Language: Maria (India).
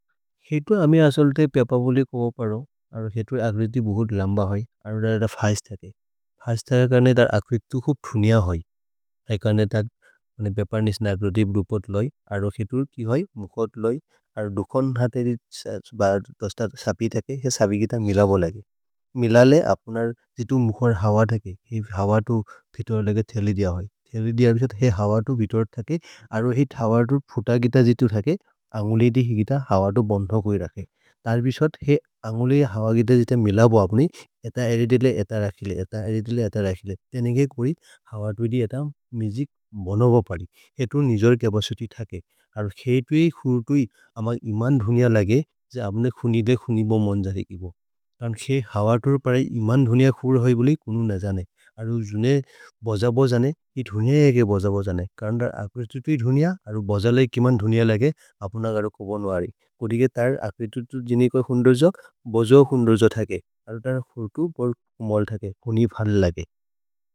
खेतु अमे असोल् ते पेप बोले को बो परो, अरो हेतु अक्रिति बोहुत् लम्ब होइ, अरो रद फएश्थके। फएश्थके कर्ने द अक्रितु को फुनिअ होइ। ऐकर्ने द मनि पेप निस् नक्रोतिव् दुपोत् लोइ, अरो हेतु कि होइ, मुकोत् लोइ। अरो दुकोन् हतेरे तोस्त सपि तके, हे सबि गित मिल बो लगि। मिलले अपुनर् जितु मुखर् हव दके, हे हव तु फित्व लग थेलि दिय होइ। थेलि दिय विसोत् हे हव तु बित्व तके, अरो हित् हव तु फुत गित जितु थके। अरो अन्गुलि दि हि गित हव तु बन्ध होइ रके। थलि विसोत् हे अन्गुलि हव गित जितु मिल बो अपुनि, एत एरि दिले एत रकेले, एत एरि दिले एत रकेले। तेनेगे कुरित् हव तु वेदि एत मुसिच् बोनो बो परि। हेतु निजोर् केबसुति तके। अरो खेतु हि खुर्तु हि अमे इमन् धुनिअ लगे, ज्य अमे खुनि ले खुनि बो मन्जरे कि बो। तन् खेत् हव तु परि इमन् धुनिअ खुर्त् होइ बोले, कुनु न जाने। अरो जुने बोज बोजाने, हि धुनिअ हे के बोज बोजाने। कन्द अक्रितुति धुनिअ, अरो बोज ले केमन् धुनिअ लगे, अपुनगर को बोनो अरि। कुरिगे तरे अक्रितुति जिनि कोइ हुन्दर्ज, बोज हुन्दर्ज तके। अरो तन खुर्तु बोज् हुमल् तके, खुनि फर्ले लगे।